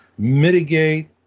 mitigate